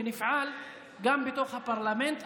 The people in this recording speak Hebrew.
ונפעל גם בתוך הפרלמנט,